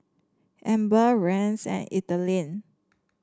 Amber Rance and Ethelene